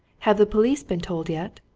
have the police been told yet?